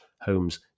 Holmes